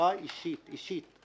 מסירה אישית אישית,